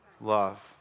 love